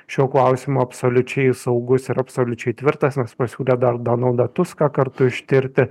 šiuo klausimu absoliučiai saugus ir absoliučiai tvirtas nors pasiūlė dar donaldą tuską kartu ištirti